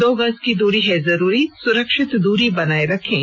दो गज की दूरी है जरूरी सुरक्षित दूरी बनाए रखें